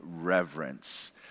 reverence